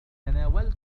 تناولت